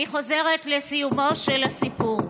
אני חוזרת לסיומו של הסיפור,